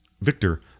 victor